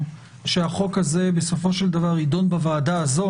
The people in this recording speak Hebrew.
על כך שהחוק הזה בסופו של דבר יידון בוועדה הזאת